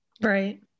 Right